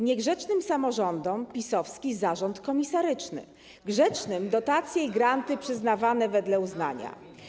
Niegrzecznym samorządom zaoferujecie PiS-owski zarząd komisaryczny, grzecznym - dotacje i granty przyznawane wedle uznania.